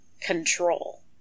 control